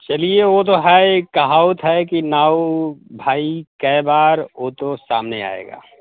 चलिए वो तो है एक कहावत है कि नाऊ भाई कै बार वो तो सामने आएगा